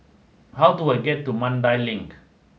how do I get to Mandai Link